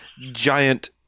giant